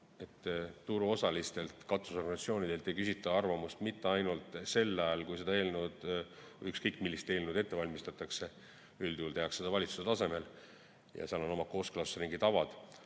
et turuosalistelt ja katusorganisatsioonidelt ei küsita arvamust mitte ainult sel ajal, kui seda eelnõu või ükskõik millist eelnõu ette valmistatakse. Üldjuhul tehakse seda valitsuse tasemel ja seal on oma kooskõlastusringi tavad.